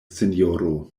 sinjoro